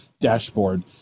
dashboard